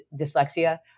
dyslexia